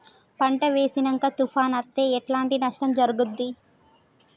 పంట వేసినంక తుఫాను అత్తే ఎట్లాంటి నష్టం జరుగుద్ది?